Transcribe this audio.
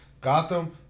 Gotham